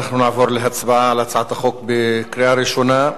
אנחנו נעבור להצבעה על הצעת החוק בקריאה ראשונה,